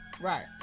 Right